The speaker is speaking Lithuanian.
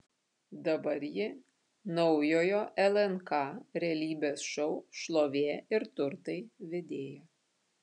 dabar ji naujojo lnk realybės šou šlovė ir turtai vedėja